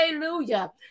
Hallelujah